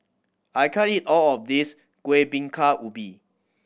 I can't eat all of this Kuih Bingka Ubi